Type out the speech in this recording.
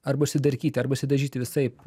arba išsidarkyti arba išsidažyti visaip